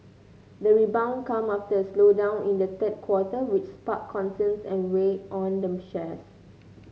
the rebound comes after a slowdown in the third quarter which sparked concerns and weighed on the shares